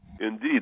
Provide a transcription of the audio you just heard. Indeed